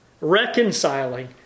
reconciling